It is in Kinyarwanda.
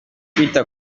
kwita